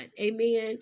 amen